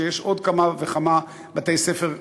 שיש כמוהו עוד כמה וכמה בתי-ספר בארץ,